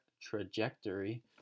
trajectory